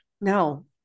no